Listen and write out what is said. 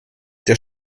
der